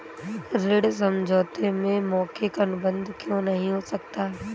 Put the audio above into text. ऋण समझौते में मौखिक अनुबंध क्यों नहीं हो सकता?